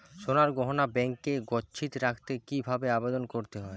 সোনার গহনা ব্যাংকে গচ্ছিত রাখতে কি ভাবে আবেদন করতে হয়?